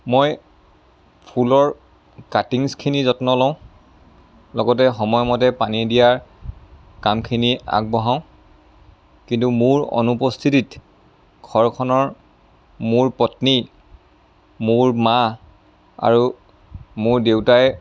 মই ফুলৰ কাটিংচ্খিনি যত্ন লওঁ লগতে সময়মতে পানী দিয়াৰ কামখিনি আগবঢ়াওঁ কিন্তু মোৰ অনুপস্থিতিত ঘৰখনৰ মোৰ পত্নী মোৰ মা আৰু মোৰ দেউতায়ে